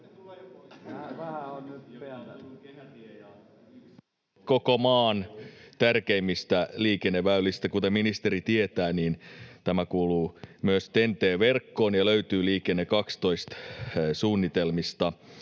koko maan tärkeimmistä liikenneväylistä. Kuten ministeri tietää, tämä kuuluu myös TEN-T-verkkoon ja löytyy Liikenne 12 ‑suunnitelmista.